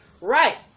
right